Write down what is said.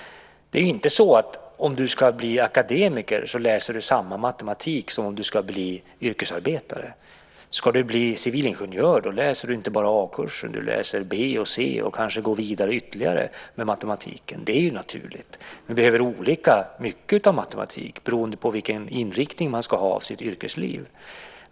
Om du ska bli akademiker ska du inte läsa samma matematik som om du ska bli yrkesarbetare. Ska du bli civilingenjör läser du inte bara A-kursen, utan du läser B, C och kanske går vidare ytterligare med matematiken. Det är naturligt. Man behöver olika mycket av matematik beroende på vilken inriktning man ska ha i sitt yrkesliv.